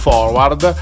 Forward